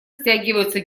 стягиваются